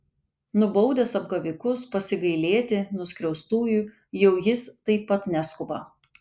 nubaudęs apgavikus pasigailėti nuskriaustųjų jau jis taip pat neskuba